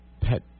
pet